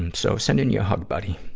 um so, sending you a hug, buddy.